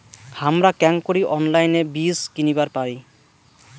হামরা কেঙকরি অনলাইনে বীজ কিনিবার পারি?